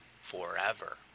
forever